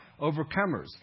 overcomers